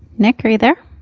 nick, are you there?